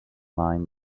mind